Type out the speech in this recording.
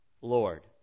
Lord